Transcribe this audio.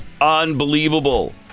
unbelievable